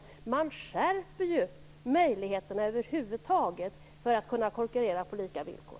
Det sker en skärpning av möjligheterna att konkurrera på lika villkor.